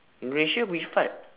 indonesia which part